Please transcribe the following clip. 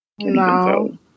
no